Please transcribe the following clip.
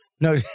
No